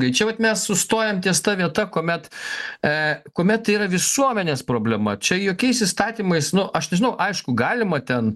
tai čia vat mes sustojam ties ta vieta kuomet e kuomet yra visuomenės problema čia jokiais įstatymais nu aš nežinau aišku galima ten